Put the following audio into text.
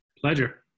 Pleasure